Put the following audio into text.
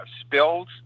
spills